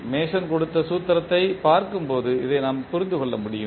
Mason கொடுத்த சூத்திரத்தைப் பார்க்கும்போது இதை நாம் புரிந்து கொள்ள முடியும்